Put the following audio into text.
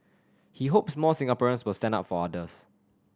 he hopes more Singaporeans will stand up for others